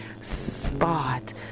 spot